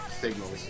Signals